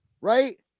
Right